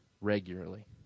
regularly